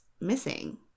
missing